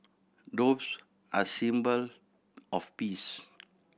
doves are symbol of peace